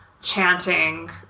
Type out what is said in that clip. chanting